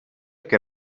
que